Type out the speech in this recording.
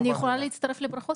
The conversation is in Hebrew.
אני יכולה להצטרף לברכות?